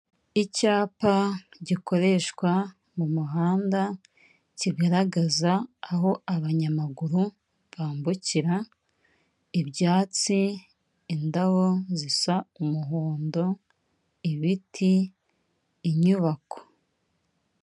Icyapa gikoreshwa mu muhanda kigaragaza aho abanyamaguru bambukira. Ibyatsi, indabo zisa umuhondo, ibiti, inyubako.